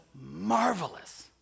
marvelous